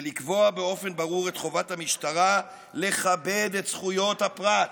ולקבוע באופן ברור את חובת המשטרה לכבד את זכויות הפרט".